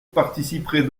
participerait